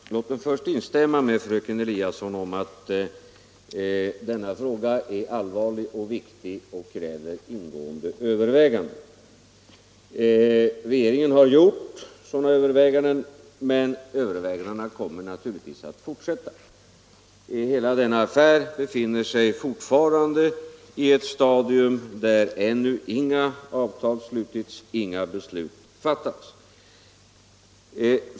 Herr talman! För det första vill jag instämma med fröken Eliasson i att denna fråga är allvarlig och viktig och kräver ingående överväganden. Regeringen har gjort sådana överväganden, men övervägandena kommer naturligtvis att fortsätta. Hela denna affär befinner sig fortfarande i ett stadium där ännu inga avtal slutits, inga beslut fattats.